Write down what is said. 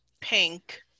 Pink